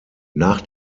nach